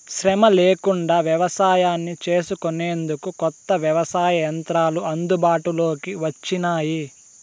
శ్రమ లేకుండా వ్యవసాయాన్ని చేసుకొనేందుకు కొత్త వ్యవసాయ యంత్రాలు అందుబాటులోకి వచ్చినాయి